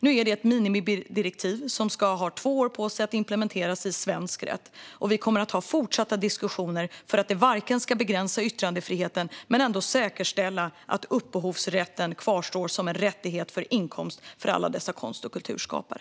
Nu är detta ett minimidirektiv som ska implementeras i svensk rätt inom två år. Vi kommer att ha fortsatta diskussioner för att det inte ska begränsa yttrandefriheten men samtidigt säkerställa att upphovsrätten kvarstår som en rätt till inkomst för alla dessa konst och kulturskapare.